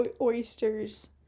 oysters